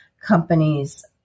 companies